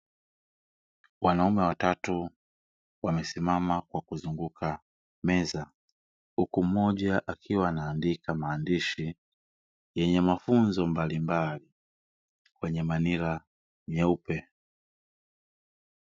Wanaume watatu wamesimama kwa kuzunguka meza huku moja akiwa anaandika maandishi yenye mafunzo mbalimbali kwenye manila nyeupe.